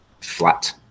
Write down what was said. flat